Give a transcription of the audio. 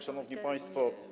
Szanowni Państwo!